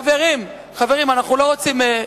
חברים, אנחנו לא רוצים.